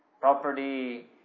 property